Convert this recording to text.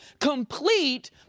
complete